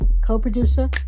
co-producer